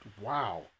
wow